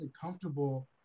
comfortable